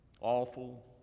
Awful